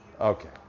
Okay